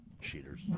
Cheaters